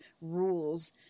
rules